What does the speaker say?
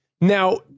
Now